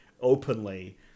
openly